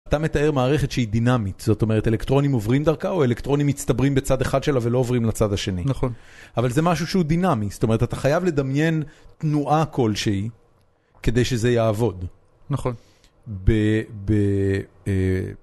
אתה מתאר מערכת שהיא דינמית, זאת אומרת אלקטרונים עוברים דרכה, או אלקטרונים מצטברים בצד אחד שלה ולא עוברים לצד השני. נכון. אבל זה משהו שהוא דינמי, זאת אומרת, אתה חייב לדמיין תנועה כלשהי כדי שזה יעבוד. נכון.